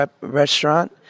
restaurant